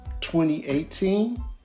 2018